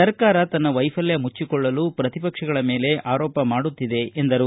ಸರ್ಕಾರ ತನ್ನ ವೈಫಲ್ಕ ಮುಚ್ಚಿಕೊಳ್ಳಲು ಪ್ರತಿಪಕ್ಷಗಳ ಮೇಲೆ ಆರೋಪ ಮಾಡುತ್ತಿದೆ ಎಂದರು